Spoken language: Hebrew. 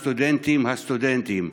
הסטודנטים, הסטודנטים,